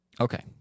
Okay